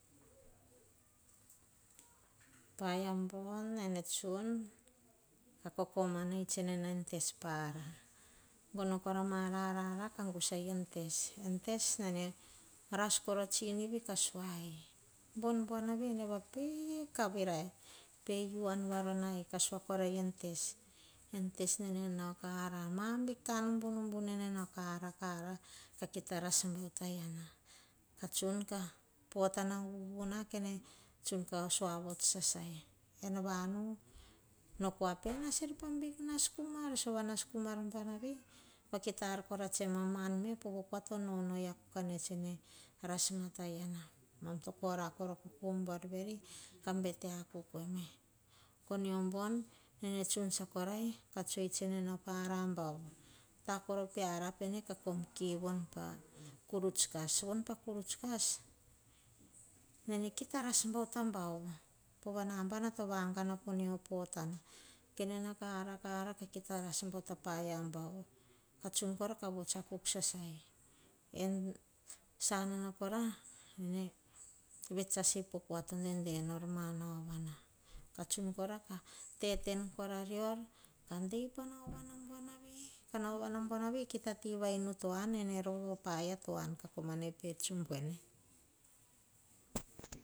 Paia bon nene tsun, kah kokoma ei tsene naa en tes, gono kora maar arah kah gasai en tes, en tes nene ras gusa kora kanu. Kah suai, bon buanavi ene vape kavirae. Pe u an varona ei kasuai parae en tes, en tes nene nau kah hara mam vikam bunubunu nene nao kara a kara, kake ta ras vutai iana. Kah tsun ka, pota nan bubu na, kene tsun kasua vots sasai. Ene vanu, no koa pe nas er pah nas kumar sova nas kumar buanavi. Vaki ta ar kora tse mama an me, povo kua to noinoi akuk ane tsene ras mata iana. Mam to korakora kukum buar veri, kah bete a kokome. Koh nio bon nene tsun tsakorai, ka tsoe tsene nai pa ara bau vu. Konio bon, nene tsun tsa korai, ka tsoe tse nene para umbam. Ta koro piara pene kah kom ki bon pah kuruts kas. Sovon pa kuruts kas, nane kita ras vo tambau. Poh vah nambana to vagana po niu potana. Kenene kara kara peke ta ras vota paia bau. Kah tsun kora kah vuts akuk sasai en sanana kora, nene vets as hei poh kua to dede nor ma nauvana. Ka tsun kora kah tete num po ra rior, kah dei pa naovana buanivi. Kah naovana buanavi, kita ti va inu to an nene roro paia to an kakomane e pe tsumbuene.